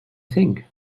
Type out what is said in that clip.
think